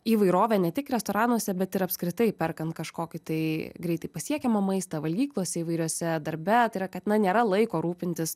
įvairovę ne tik restoranuose bet ir apskritai perkant kažkokį tai greitai pasiekiamą maistą valgyklose įvairiose darbe tai yra kad na nėra laiko rūpintis